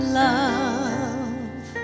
love